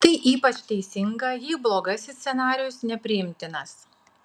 tai ypač teisinga jei blogasis scenarijus nepriimtinas